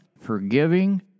forgiving